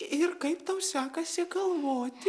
ir kaip tau sekasi galvoti